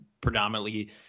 predominantly